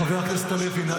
חבר הכנסת הלוי, נא לסיים.